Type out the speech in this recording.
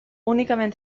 únicament